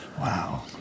Wow